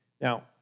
Now